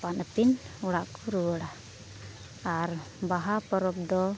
ᱟᱯᱟᱱ ᱟᱹᱯᱤᱱ ᱚᱲᱟᱜ ᱠᱚ ᱨᱩᱣᱟᱹᱲᱟ ᱟᱨ ᱵᱟᱦᱟ ᱯᱚᱨᱚᱵᱽ ᱫᱚ